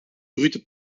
brute